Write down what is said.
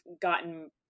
gotten